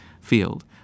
field